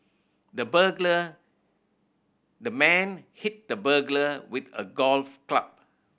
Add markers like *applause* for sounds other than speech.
the *unintelligible* the man hit the burglar with a golf club